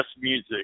music